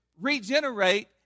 regenerate